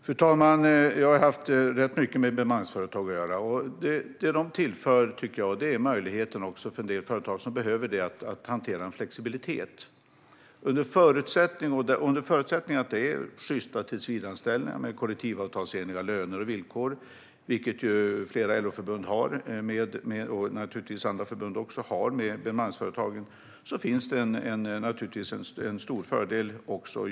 Fru talman! Jag har haft rätt mycket med bemanningsföretag att göra. Det de tillför, tycker jag, är möjligheten för en del företag som behöver det att hantera en flexibilitet. Under förutsättning att det är sjysta tillsvidareanställningar med kollektivavtalsenliga löner och villkor, vilket flera LO-förbund och naturligtvis också andra förbund har med bemanningsföretagen, finns det en stor fördel.